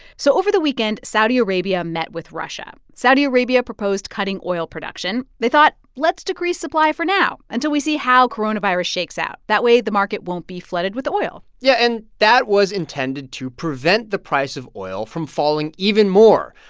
so over the weekend, saudi arabia met with russia. saudi arabia proposed cutting oil production. they thought, let's decrease supply for now until we see how coronavirus shakes out. that way, the market won't be flooded with oil yeah, and that was intended to prevent the price of oil from falling even more.